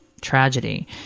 tragedy